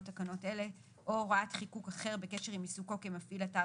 תקנות אלה או הוראת חיקוק אחר בקשר עם עיסוקו כמפעיל אתר